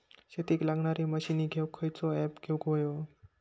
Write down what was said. शेतीक लागणारे मशीनी घेवक खयचो ऍप घेवक होयो?